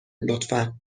لطفا